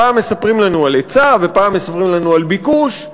פעם מספרים לנו על היצע ופעם מספרים לנו על ביקוש,